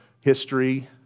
history